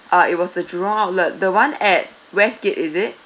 uh it was the jurong outlet the one at westgate is it